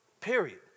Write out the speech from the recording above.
period